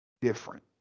different